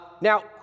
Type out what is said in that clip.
Now